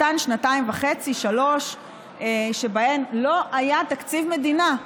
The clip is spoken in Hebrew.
אותן שנתיים וחצי, שלוש שבהן לא היה תקציב מדינה.